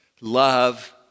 love